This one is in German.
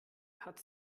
hat